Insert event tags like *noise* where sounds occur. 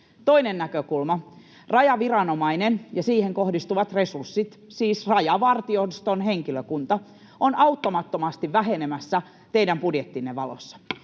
Toinen näkökulma: Rajaviranomaiseen kohdistuvat resurssit, siis rajavartioston henkilökunta, *noise* ovat auttamattomasti vähenemässä teidän budjettinne valossa.